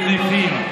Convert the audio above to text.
בתי חולים ממשלתיים?